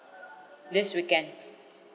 this weekend